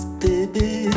baby